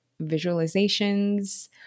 visualizations